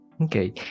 okay